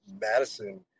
Madison